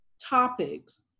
topics